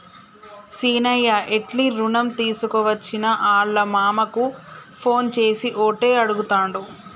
సీనయ్య ఎట్లి రుణం తీసుకోవచ్చని ఆళ్ళ మామకు ఫోన్ చేసి ఓటే అడుగుతాండు